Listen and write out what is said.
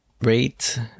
rate